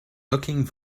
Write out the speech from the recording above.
looking